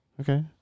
Okay